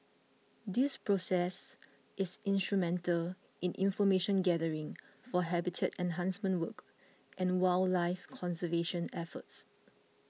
this process is instrumental in information gathering for habitat enhancement work and wildlife conservation efforts